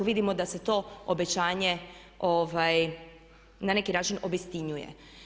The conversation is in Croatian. Vidimo da se to obećanje na neki način obistinjuje.